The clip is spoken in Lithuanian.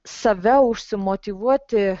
save užsimotyvuoti